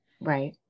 right